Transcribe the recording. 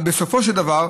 בסופו של דבר,